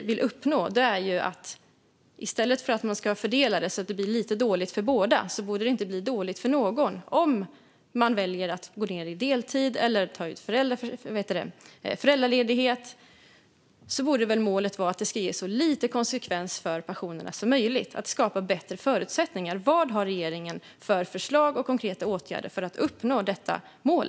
I stället för att man ska fördela det så att det blir lite dåligt för båda borde man göra så att det inte blir dåligt för någon. Målet borde väl vara att det ska ge så lite konsekvenser för pensionerna som möjligt om någon väljer att gå ned i deltid eller ta ut föräldraledighet. Vad har regeringen för förslag och konkreta åtgärder för att uppnå detta mål?